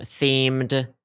themed